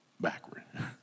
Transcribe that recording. Backward